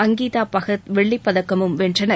Ankita Bhagat வெள்ளிப்பதக்கமும்வென்றனர்